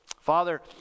Father